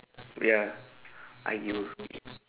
ya !aiyo!